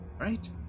Right